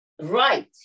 right